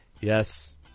Yes